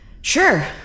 Sure